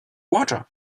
water